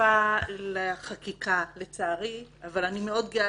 שותפה לחקיקה לצערי אבל אני מאוד גאה